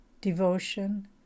devotion